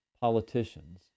politicians